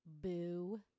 Boo